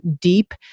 deep